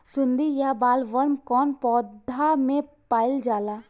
सुंडी या बॉलवर्म कौन पौधा में पाइल जाला?